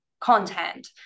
content